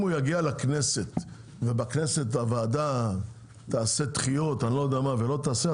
אם הוא יגיע לכנסת ובכנסת הוועדה תעשה דחיות אני לא יודע מה ולא תעשה,